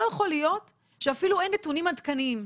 לא יכול להיות שאין אפילו נתונים עדכניים.